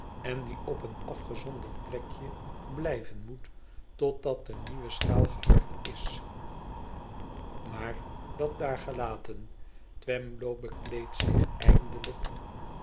en die op een afgezonderd plekje blijven moet totdat de nieuwe schaal gehard is maar dat daar gelaten twemlow bekleedt zich eindelijk